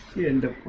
in the